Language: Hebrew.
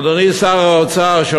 אדוני שר האוצר,